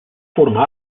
formar